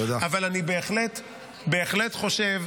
אבל אני בהחלט חושב